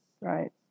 right